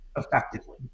effectively